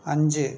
അഞ്ച്